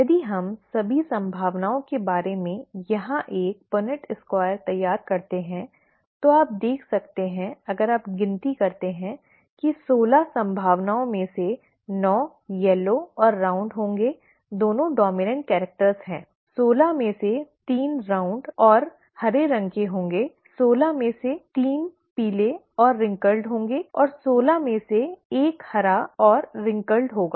यदि हम सभी संभावनाओं के बारे में यहां एक पुनेट स्क्वायर'Punnett Square' तैयार करते हैं तो आप देख सकते हैं अगर आप गिनती करते हैं कि सोलह संभावनाओं में से नौ पीले और गोल होंगे दोनों डॉम्इनॅन्ट कैरेक्टर्स है सोलह में से तीन गोल और हरे रंग के होंगे सोलह में से तीन पीले और झुर्रीदार होंगे और सोलह में से एक हरा और झुर्रीदार होगा